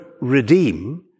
redeem